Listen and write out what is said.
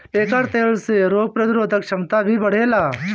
एकर तेल से रोग प्रतिरोधक क्षमता भी बढ़ेला